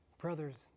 Brothers